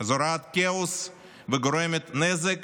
זורעת כאוס וגורמת נזק